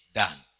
done